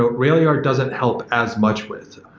railyard doesn't help as much with.